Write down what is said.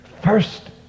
first